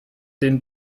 den